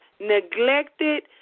neglected